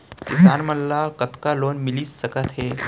किसान मन ला लोन कतका तक मिलिस सकथे?